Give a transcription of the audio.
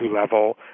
level